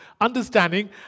understanding